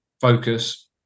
focus